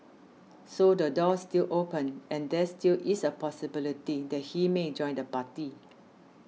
so the door's still open and there still is a possibility that he may join the party